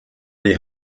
die